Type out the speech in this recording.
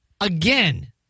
again